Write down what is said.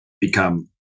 become